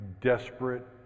desperate